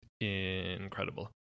incredible